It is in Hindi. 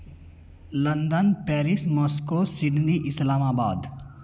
London Paris Moscow Sydney Islamabad